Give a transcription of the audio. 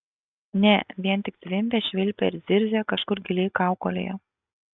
ne vien tik zvimbė švilpė ir zirzė kažkur giliai kaukolėje